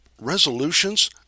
resolutions